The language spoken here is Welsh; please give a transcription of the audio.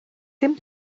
dim